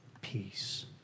peace